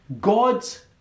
God's